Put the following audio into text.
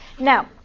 Now